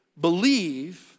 believe